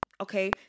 okay